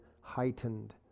heightened